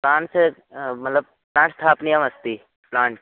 plants मलब् plant स्थापनीयमस्ति plant